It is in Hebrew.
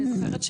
אני זוכרת,